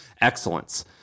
excellence